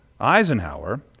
Eisenhower